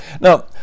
Now